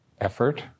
effort